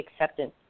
acceptance